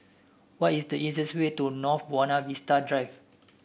what is the easiest way to North Buona Vista Drive